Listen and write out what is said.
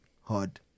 hard